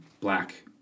black